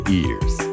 ears